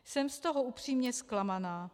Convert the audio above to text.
Jsem z toho upřímně zklamaná.